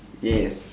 yes